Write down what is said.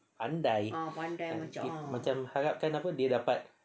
pandai kan macam harapkan dia apa dia dapat